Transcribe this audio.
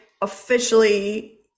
officially